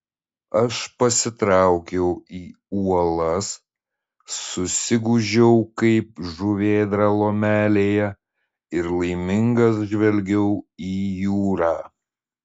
aš pasitraukiau į uolas susigūžiau kaip žuvėdra lomelėje ir laimingas žvelgiau į jūrą